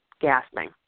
gasping